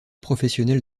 professionnelle